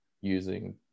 using